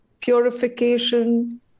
Purification